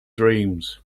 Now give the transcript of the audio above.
dreams